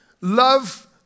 Love